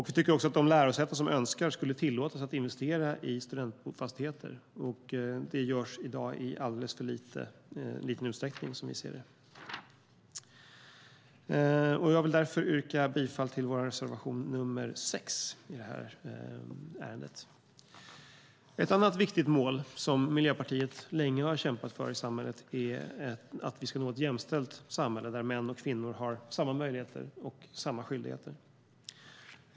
Vi tycker också att de lärosäten som så önskar borde tillåtas att investera i studentfastigheter. Det görs som vi ser det i dag i alldeles för liten utsträckning. Jag yrkar därför bifall till vår reservation nr 6 i detta ärende. Ett annat viktigt mål som Miljöpartiet länge har kämpat för i samhället är att vi ska nå ett jämställt samhälle där män och kvinnor har samma möjligheter och samma skyldigheter.